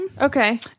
Okay